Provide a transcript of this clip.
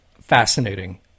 fascinating